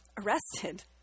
Arrested